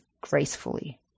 gracefully